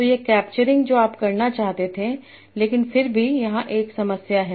तो यह कैप्चरिंग जो आप करना चाहते थे लेकिन फिर भी यहाँ एक समस्या है